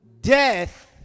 Death